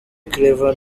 claver